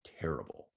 terrible